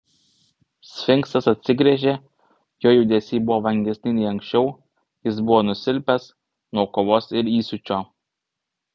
sfinksas atsigręžė jo judesiai buvo vangesni nei anksčiau jis buvo nusilpęs nuo kovos ir įsiūčio